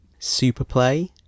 Superplay